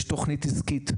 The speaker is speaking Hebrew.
יש תכנית עסקית,